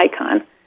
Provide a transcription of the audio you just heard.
icon